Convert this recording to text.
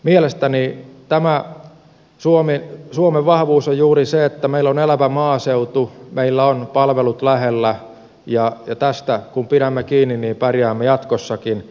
mielestäni tämä suomen vahvuus on juuri se että meillä on elävä maaseutu meillä on palvelut lähellä ja tästä kun pidämme kiinni pärjäämme jatkossakin